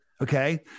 okay